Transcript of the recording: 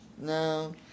No